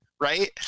right